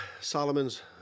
Solomon's